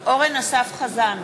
אורן אסף חזן,